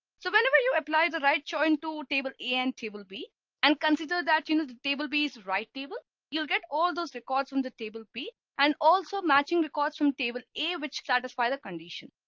so whenever you apply the right choice in to table a and table be and consider that you know, the table b is right table you'll get all those records from the table p and also matching records from table a which satisfy the condition.